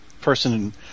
person